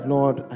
Lord